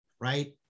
right